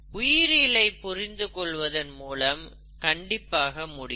உயிரியலை புரிந்து கொள்வதன் மூலம் கண்டிப்பாக முடியும்